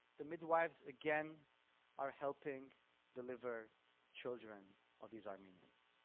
the midwives again are helping deliver children of these armenians.